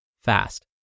fast